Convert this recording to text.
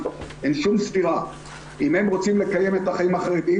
אני רוצה לשאול כמה דברים,